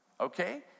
okay